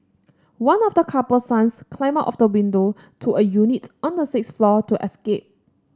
one of the couple's sons climbed out of the window to a unit on the sixth floor to escape